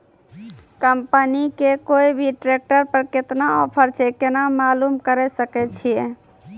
Company के कोय भी ट्रेक्टर पर केतना ऑफर छै केना मालूम करऽ सके छियै?